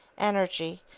energy,